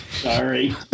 Sorry